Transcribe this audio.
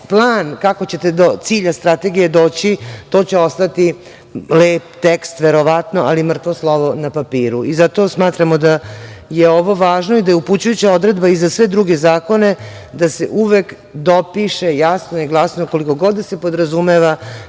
plan kako ćete do cilja strategije doći, to će ostati lep tekst, verovatno, ali mrtvo slovo na papiru. Zato smatramo da je ovo važno i da je upućujuća odredba i za sve druge zakone, da se uvek dopiše jasno i glasno, koliko god da se podrazumeva,